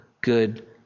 good